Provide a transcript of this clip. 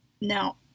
Now